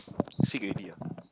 sick already ah